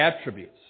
attributes